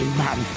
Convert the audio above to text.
man